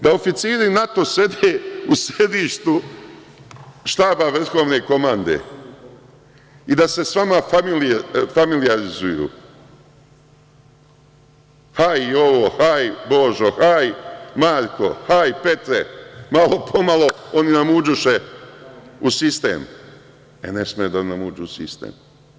Da oficiri NATO sede u sedištu štaba vrhovne komande i da se sa vama familijaziruju, haj Jovo, haj Božo, haj Marko, haj Petre, malo pomalo i oni nam uđoše u sistem, a ne sme da nam uđu u sistem.